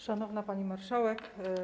Szanowna Pani Marszałek!